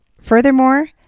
Furthermore